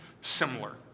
similar